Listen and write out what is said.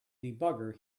debugger